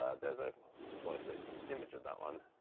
ah there's a closer image of that one.